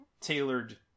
tailored